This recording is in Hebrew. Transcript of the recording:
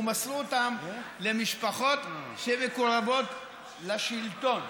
ומסרו אותם למשפחות שמקורבות לשלטון.